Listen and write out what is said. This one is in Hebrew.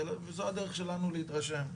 זו הדרך שלנו להתרשם.